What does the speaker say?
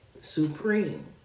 Supreme